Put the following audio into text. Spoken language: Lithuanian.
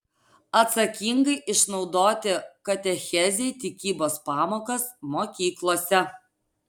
atsakingai išnaudoti katechezei tikybos pamokas mokyklose